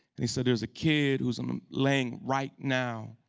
and he said there's a kid who is i'm laying right now